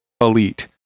Elite